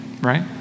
right